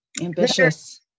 Ambitious